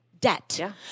debt